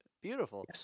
Beautiful